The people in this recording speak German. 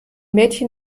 mädchen